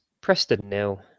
Preston-Nil